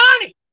money